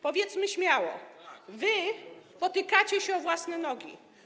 Powiedzmy śmiało: potykacie się o własne nogi.